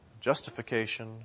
Justification